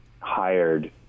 hired